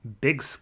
Big